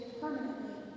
permanently